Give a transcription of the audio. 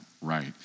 right